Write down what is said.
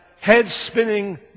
head-spinning